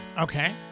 Okay